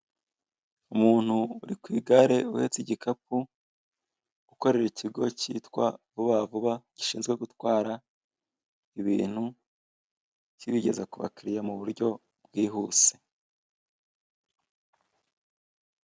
Umuntu uri ku igare uretse igikapu gukorera ikigo cyitwa Vuba vuba gishinzwe gutwara ibintu kibigeza ku bakiriya mu buryo bwihuse.